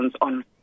on